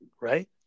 Right